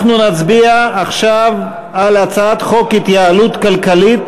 אנחנו נצביע עכשיו על הצעת חוק ההתייעלות הכלכלית